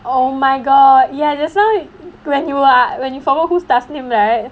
oh my god ya that's why when you were when you forward this task name right